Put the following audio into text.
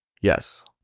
yes